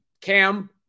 Cam